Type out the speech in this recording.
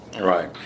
right